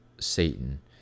Satan